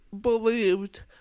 believed